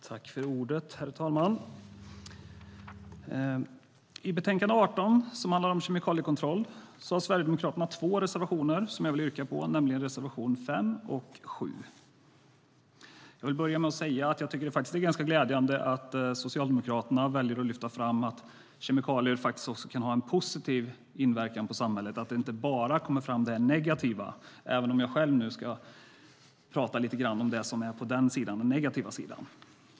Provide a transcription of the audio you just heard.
Herr talman! I betänkande 18, som handlar om kemikaliekontroll, har Sverigedemokraterna två reservationer som jag vill yrka bifall till, nämligen reservationerna 5 och 7. Jag vill börja med att säga att jag tycker att det är ganska glädjande att Socialdemokraterna väljer att lyfta fram att kemikalier faktiskt också kan ha en positiv inverkan på samhället, så att det inte bara är det negativa som kommer fram, även om jag själv ska prata lite grann om det som är på den negativa sidan.